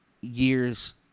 years